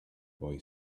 boy